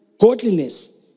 godliness